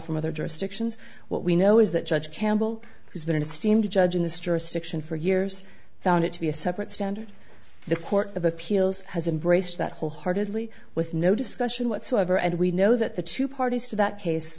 from other jurisdictions what we know is that judge campbell has been an esteemed judge in this jurisdiction for years found it to be a separate standard the court of appeals has embraced that wholeheartedly with no discussion whatsoever and we know that the two parties to that case